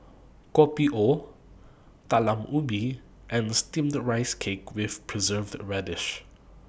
Kopi O Talam Ubi and Steamed Rice Cake with Preserved Radish